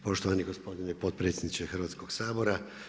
Poštovani gospodine potpredsjedniče Hrvatskog sabora.